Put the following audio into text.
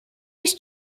his